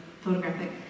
photographic